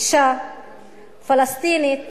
אשה פלסטינית,